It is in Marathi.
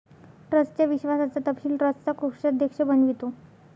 ट्रस्टच्या विश्वासाचा तपशील ट्रस्टचा कोषाध्यक्ष बनवितो